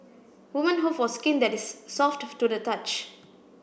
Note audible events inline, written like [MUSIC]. women hope for skin that is soft [NOISE] to the touch